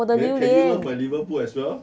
then can you love my liverpool as well